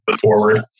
forward